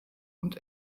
und